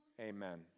Amen